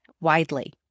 widely